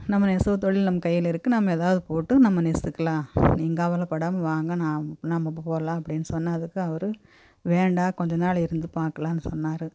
நம்ம நெசவு தொழில் நம்ம கையில் இருக்குது நம்ம எதாவது போட்டு நம்ம நெஸ்த்துக்கலாம் நீங்கள் கவலைப்படாம வாங்க நாம் நாம இப்போ போகலாம் அப்படின்னு சொன்னதுக்கு அவர் வேண்டாம் கொஞ்ச நாள் இருந்து பார்க்கலான்னு சொன்னார்